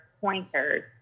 pointers